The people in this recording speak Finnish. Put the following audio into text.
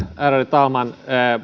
talman